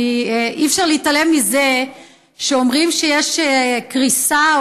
אי-אפשר להתעלם מזה שאומרים שיש קריסה,